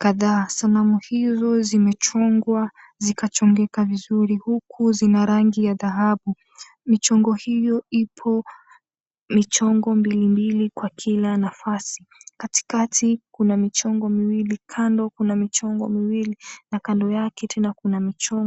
kadhaa. Sanamu hizo zimechongwa zikachongeka vizuri huku zina rangi ya dhahabu. Michongo hiyo ipo michongo mbili mbili kwa kila nafasi. Katikati kuna michongo miwili, kando kuna michongo miwili na kando yake tena kuna michongo.